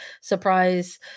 surprise